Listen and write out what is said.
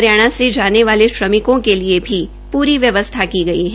हरियाणा से जाने वाले श्रमिकों के लिए भी पूरी व्यवस्था की गई है